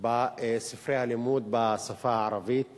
בספרי הלימוד בשפה הערבית